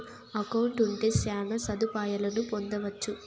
account ఉంటే శ్యాన సదుపాయాలను పొందొచ్చు